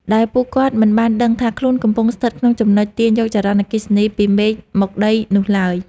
ដែលពួកគាត់មិនបានដឹងថាខ្លួនកំពុងស្ថិតក្នុងចំណុចទាញយកចរន្តអគ្គិសនីពីមេឃមកដីនោះឡើយ។